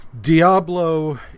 Diablo